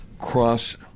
cross